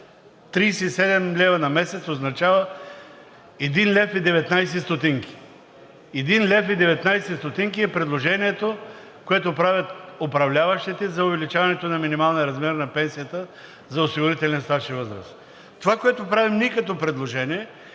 37 лв. на месец означава 1,19 лв. – 1,19 лв. е предложението, което правят управляващите за увеличаването на минималния размер на пенсията за осигурителен стаж и възраст. Това, което правим ние като предложение,